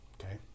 okay